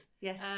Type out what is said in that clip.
Yes